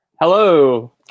Hello